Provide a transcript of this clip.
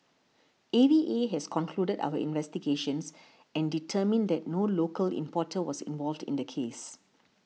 A V A has concluded our investigations and determined that no local importer was involved in the case